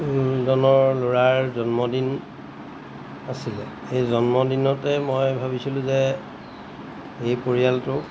জনৰ ল'ৰাৰ জন্মদিন আছিলে এই জন্মদিনতে মই ভাবিছিলোঁ যে এই পৰিয়ালটোক